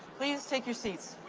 please take your seats.